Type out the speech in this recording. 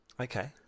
Okay